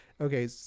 okay